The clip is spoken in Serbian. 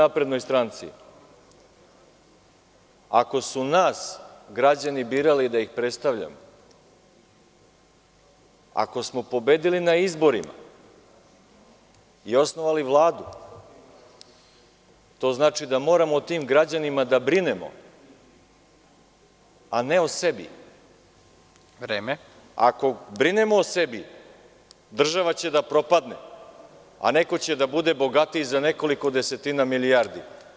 Ako su nas građani birali da ih predstavljamo, ako smo pobedili na izborima i osnovali Vladu, to znači da moramo o tim građanima da brinemo, a ne o sebi. (Predsednik: Vreme.) Ako brinemo o sebi, država će da propadne, a neko će da bude bogatiji za nekoliko desetina milijardi.